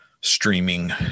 streaming